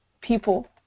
people